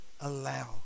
allow